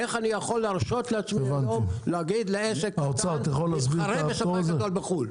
האוצר, אתה יכול להסביר את הנתון הזה?